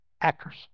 Actors